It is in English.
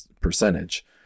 percentage